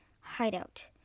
hideout